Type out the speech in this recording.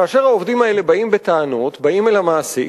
כאשר העובדים האלה באים בטענות, באים אל המעסיק,